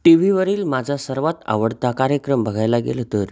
T व्हीवरील माझा सर्वात आवडता कार्यक्रम बघायला गेलं तर